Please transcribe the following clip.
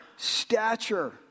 stature